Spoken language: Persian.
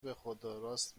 بخداراست